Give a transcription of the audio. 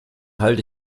halte